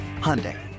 Hyundai